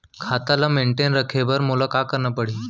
खाता ल मेनटेन रखे बर मोला का करना पड़ही?